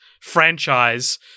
franchise